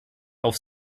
auf